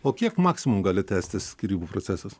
o kiek maksimum gali tęstis skyrybų procesas